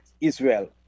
Israel